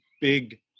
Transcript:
big